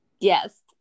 Yes